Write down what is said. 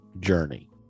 journey